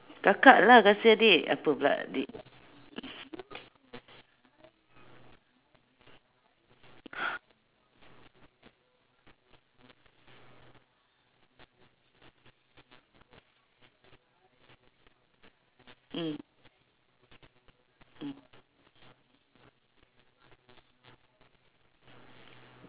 kakak lah kasih adik apa pula adik mm mm